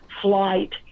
flight